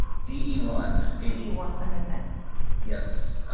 d e one e one amendment yes